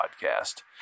Podcast